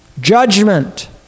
Judgment